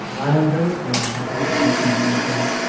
i'm very glad they didn't mind me